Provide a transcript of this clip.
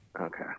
Okay